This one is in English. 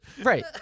Right